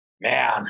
man